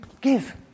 give